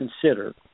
Consider